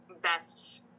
best